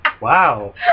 Wow